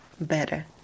better